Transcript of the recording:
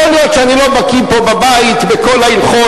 יכול להיות שאני לא בקי פה בבית בכל ההלכות,